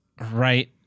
right